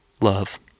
love